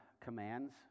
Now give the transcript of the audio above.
commands